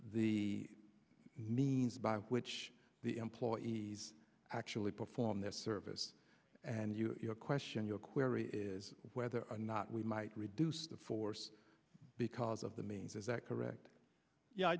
the means by which the employees actually perform their service and you question your query is whether or not we might reduce the force because of the means is that correct